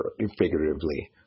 figuratively